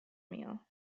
meal